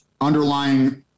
underlying